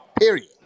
Period